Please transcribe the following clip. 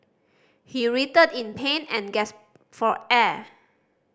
he writhed in pain and gasped for air